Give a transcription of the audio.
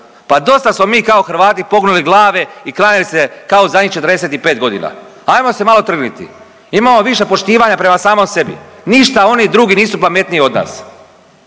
Pa dosta smo mi kao Hrvati pognuli glave i klanjali se kao zadnjih 45 godina, ajmo se malo trgniti. Imamo više poštivanja prema samom sebi, ništa oni drugi nisu pametniji od nas.